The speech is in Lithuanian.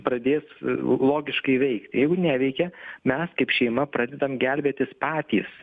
pradės logiškai veikti jeigu neveikia mes kaip šeima pradedam gelbėtis patys